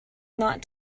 not